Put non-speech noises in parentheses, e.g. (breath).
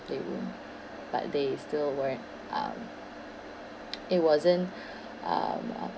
playroom but they still weren't um it wasn't (breath) um um